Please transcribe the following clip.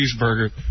cheeseburger